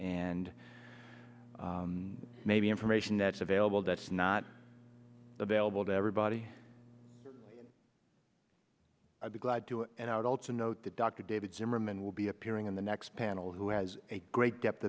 and maybe information that's available that's not available to everybody i'd be glad to and i would also note that dr david zimmerman will be appearing in the next panel who has a great depth